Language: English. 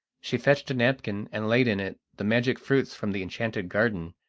she fetched a napkin and laid in it the magic fruits from the enchanted garden,